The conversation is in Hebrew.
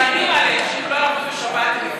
ומאיימים עליהם שאם הם לא יעבדו בשבת,